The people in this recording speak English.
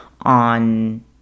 on